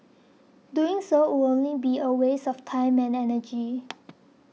doing so would only be a waste of time and energy